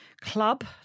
club